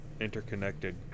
interconnected